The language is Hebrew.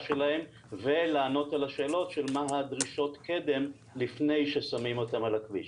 שלהם ולענות על השאלות מהן דרישות הקדם לפני ששמים אותם על הכביש.